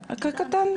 קטן.